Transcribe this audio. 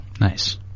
Nice